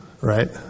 right